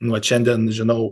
vat šiandien žinau